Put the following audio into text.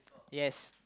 yes